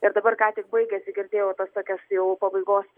ir dabar ką tik baigėsi girdėjau tas tokias jau pabaigos